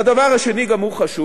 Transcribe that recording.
והדבר השני גם הוא חשוב.